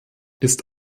ist